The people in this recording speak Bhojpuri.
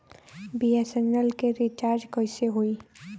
बी.एस.एन.एल के रिचार्ज कैसे होयी?